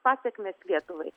pasekmes lietuvai